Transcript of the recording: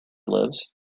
lives